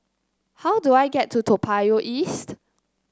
how do I get to Toa Payoh East